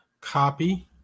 Copy